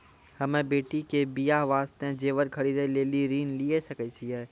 हम्मे बेटी के बियाह वास्ते जेबर खरीदे लेली ऋण लिये सकय छियै?